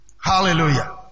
Hallelujah